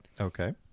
Okay